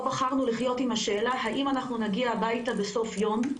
לא בחרנו לחיות עם השאלה האם אנחנו נגיע הביתה בסוף יום,